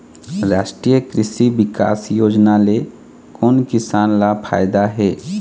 रास्टीय कृषि बिकास योजना ले कोन किसान ल फायदा हे?